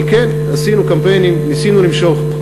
אבל כן, עשינו קמפיינים, ניסינו למשוך.